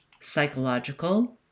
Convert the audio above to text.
psychological